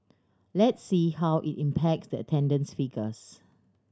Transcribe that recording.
let's see how it impacts the attendance figures